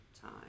time